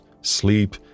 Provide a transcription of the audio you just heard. sleep